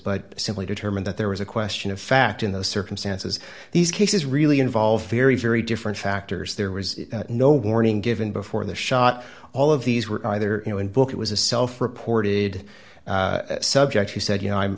but simply determine that there was a question of fact in those circumstances these cases really involve very very different factors there was no warning given before the shot all of these were either you know in book it was a self reported subject he said you know i'm